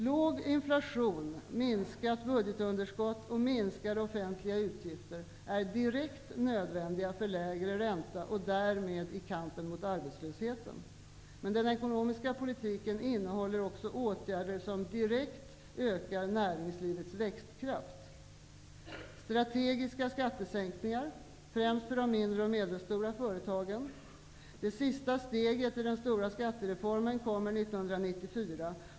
Låg inflation, minskat budgetunderskott och minskade offentliga utgifter är direkt nödvändiga för lägre ränta och därmed i kampen mot arbetslösheten. Den ekonomiska politiken innehåller också åtgärder som direkt ökar näringslivets växtkraft. Det är strategiska skattesänkningar, främst för de mindre och medelstora företagen. Det sista steget i den stora skattereformen kommer 1994.